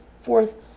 fourth